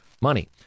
money